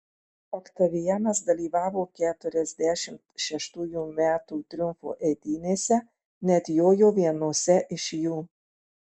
oktavianas dalyvavo keturiasdešimt šeštųjų metų triumfo eitynėse net jojo vienose iš jų